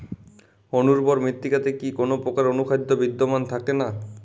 অনুর্বর মৃত্তিকাতে কি কোনো প্রকার অনুখাদ্য বিদ্যমান থাকে না?